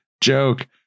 joke